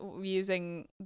using